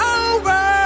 over